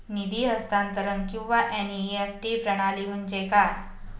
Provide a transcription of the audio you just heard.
निधी हस्तांतरण किंवा एन.ई.एफ.टी प्रणाली म्हणजे काय?